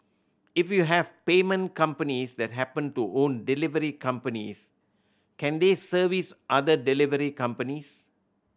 if you have payment companies that happen to own delivery companies can they service other delivery companies